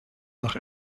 nach